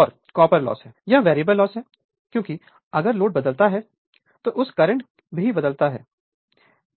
एक और copper loss है यह वेरिएबल लॉस है क्योंकि अगर लोड बदलता है तो उस करंट भी बदलता है